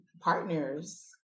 partners